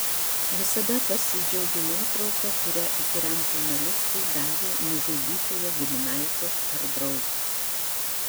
visada pasidžiaugiu nuotrauka kurią įkyriam žurnalistui davė nužudytojo giminaitis ar draugas